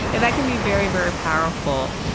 and that can be very, very powerful.